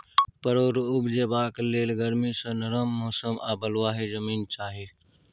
परोर उपजेबाक लेल गरमी सँ नरम मौसम आ बलुआही जमीन चाही